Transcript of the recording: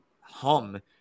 hum